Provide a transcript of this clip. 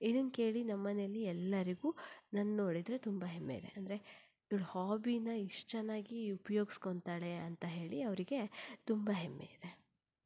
ಇದನ್ನು ಕೇಳಿ ನಮ್ಮನೆಯಲ್ಲಿ ಎಲ್ಲರಿಗೂ ನನ್ನೋಡಿದ್ರೆ ತುಂಬ ಹೆಮ್ಮೆ ಇದೆ ಅಂದರೆ ಇವಳು ಹೊಬ್ಬಿನ ಇಷ್ಟು ಚೆನ್ನಾಗಿ ಉಪ್ಯೋಗಿಸ್ಕೊತಾಳೆ ಅಂತ ಹೇಳಿ ಅವರಿಗೆ ತುಂಬ ಹೆಮ್ಮೆ ಇದೆ